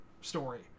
story